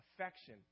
affection